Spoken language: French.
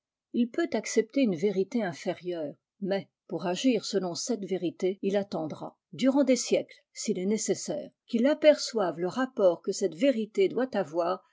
décisive u'peut accepter une vérité inférieure mais pour agir selon cette vérité il attendra durant des siècles s'il est nécessaire qu'il aperçoive le rapport que cette vérité doit avoir